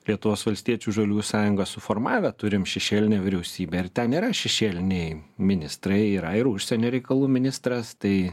lietuvos valstiečių žaliųjų sąjungą suformavę turim šešėlinę vyriausybę ir ten yra šešėliniai ministrai yra ir užsienio reikalų ministras tai